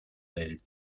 del